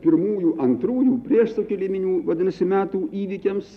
pirmųjų antrųjų priešsukiliminių vadinasi metų įvykiams